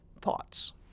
thoughts